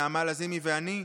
נעמה לזימי ואני,